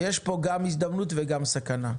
יש פה גם הזדמנות וגם סכנה.